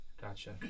Gotcha